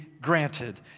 granted